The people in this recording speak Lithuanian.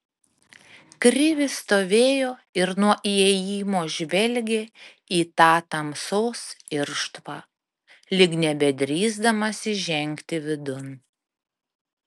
krivis stovėjo ir nuo įėjimo žvelgė į tą tamsos irštvą lyg nebedrįsdamas įžengti vidun